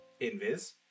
Invis